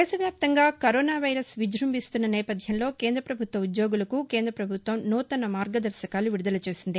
దేశవ్యాప్తంగా corona virus విజృంభిస్తున్న నేపథ్యంలో కేంద్ర ప్రభుత్వ ఉద్యోగులకు కేంద్ర ప్రభుత్వం నూతన మార్గదర్శకాలు విడుదల చేసింది